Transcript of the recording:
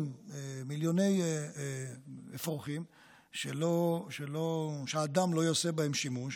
מיליוני אפרוחים שאדם לא יעשה בהם שימוש,